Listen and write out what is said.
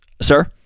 sir